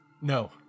no